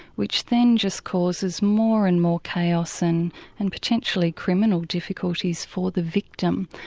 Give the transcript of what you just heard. which then just causes more and more chaos and and potentially criminal difficulties for the victim.